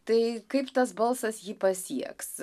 tai kaip tas balsas jį pasieks